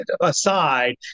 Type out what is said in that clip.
aside